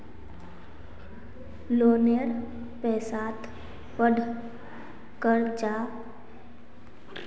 लोनेर पैसात पढ़ कर आज मुई नौकरी हासिल करील छि